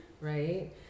right